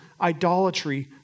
idolatry